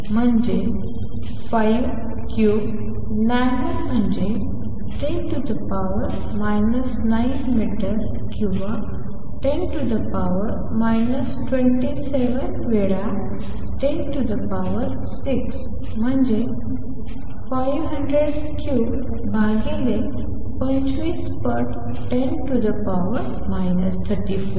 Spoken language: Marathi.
तर म्हणजे 53 नॅनो म्हणजे 10 9 मीटर किंवा 10 27 वेळा 106 म्हणजे 500 क्यूब्ड भागिले 25 पट 10 34